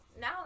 now